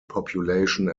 population